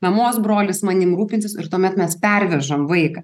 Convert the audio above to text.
mamos brolis manim rūpinsis ir tuomet mes pervežam vaiką